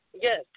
Yes